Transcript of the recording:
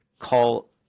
call